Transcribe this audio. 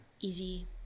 easy